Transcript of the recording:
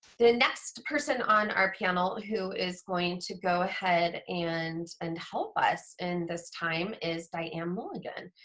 the next person on our panel who is going to go ahead and and help us in this time is diane mulligan.